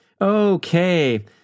Okay